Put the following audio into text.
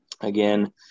again